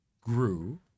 grew